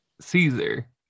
Caesar